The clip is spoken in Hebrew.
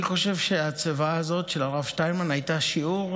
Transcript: אני חושב שהצוואה הזאת של הרב שטיינמן הייתה שיעור,